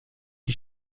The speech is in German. die